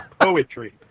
Poetry